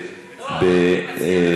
במקצועית,